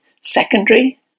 secondary